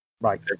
Right